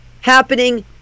happening